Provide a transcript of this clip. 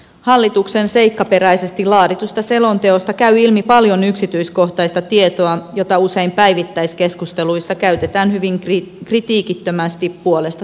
hallituksen seikkaperäisesti laaditusta selonteosta käy ilmi paljon yksityiskohtaista tietoa jota usein päivittäiskeskusteluissa käytetään hyvin kritiikittömästi puolesta tai vastaan